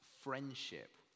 friendship